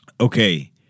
okay